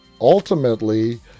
ultimately